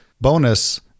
bonus